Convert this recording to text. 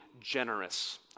generous